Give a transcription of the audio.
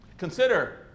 Consider